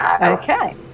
Okay